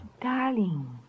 Darling